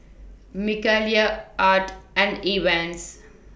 Mikaela Art and Evans